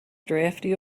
drafty